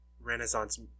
Renaissance